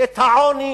את העוני